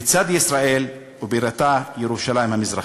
לצד ישראל, ובירתה ירושלים המזרחית.